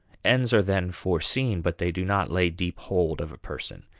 ends are then foreseen, but they do not lay deep hold of a person.